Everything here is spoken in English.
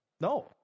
No